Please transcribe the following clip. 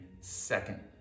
second